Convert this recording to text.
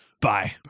Bye